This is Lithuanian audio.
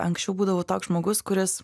anksčiau būdavau toks žmogus kuris